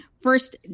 First